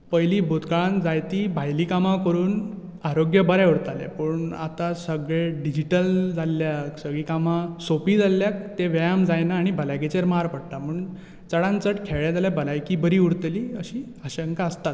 पयलीं भुतकाळान जायतीं भायली कामां करून आरोग्य बरें उरताले पूण आता सगळें डिजीटल जाल्ल्याक सगळीं कामां सोंपी जाल्ल्याक ते व्यायाम जायना आनी भलायकेचेर मार पडटा म्हूण चडान चड खेळ्ळें जाल्यार भलायकी बरी उरतली अशी आशंका आसताच